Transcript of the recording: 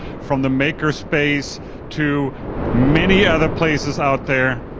from the maker space to many other places out there.